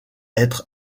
être